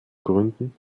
gründen